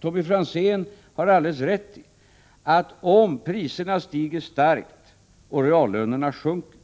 Tommy Franzén har alldeles rätt i, att om priserna stiger starkt och reallönerna sjunker,